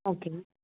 ஓகேங்க